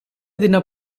ଦିନ